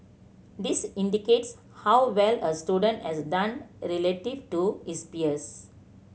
this indicates how well a student as done relative to his peers